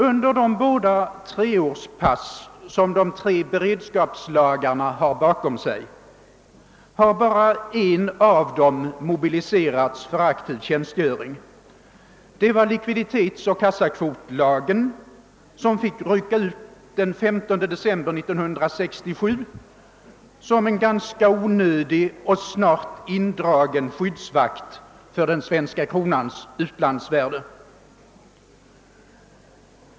Under de båda treårspass som de tre beredskapslagarna har bakom sig har endast en av dem mobiliserats för aktiv tjänstgöring, nämligen likviditetsoch kassakvotslagen, som fick rycka in den 15 december 1967 som en ganska onödig och snart indragen skyddsvakt för den svenska kronans utlandsvärde.